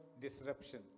disruption